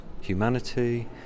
humanity